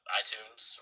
iTunes